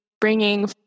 bringing